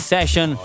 Session